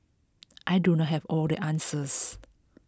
I do not have all the answers